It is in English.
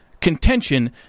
contention